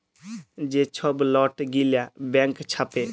যে ছব লট গিলা ব্যাংক ছাপে